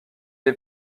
dès